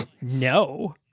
no